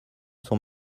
sont